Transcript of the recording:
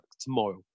tomorrow